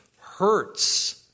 hurts